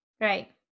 Right